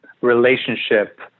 relationship